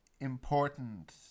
important